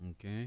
Okay